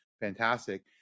fantastic